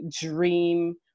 dream